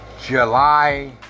July